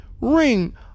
ring